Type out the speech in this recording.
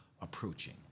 approaching